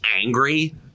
angry